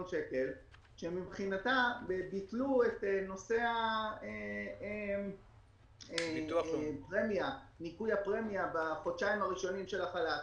שקלים שמבחינתה ביטלו את נושא ניכוי הפרמיה בחודשיים הראשונים של החל"ת.